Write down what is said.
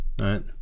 right